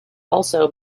also